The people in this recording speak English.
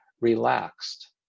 relaxed